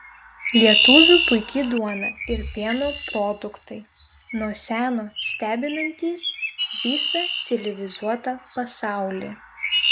lietuvių puiki duona ir pieno produktai nuo seno stebinantys visą civilizuotą pasaulį